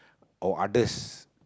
or others